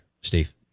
Steve